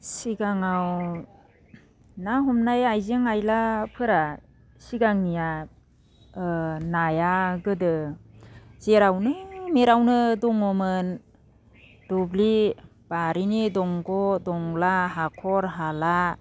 सिगाङाव ना हमनाय आइजें आयलाफोरा सिगांनिया नाया गोदो जेरावनो मेरावनो दङमोन दुब्लि बारिनि दंग' दंला हाखर हाला